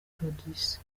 producer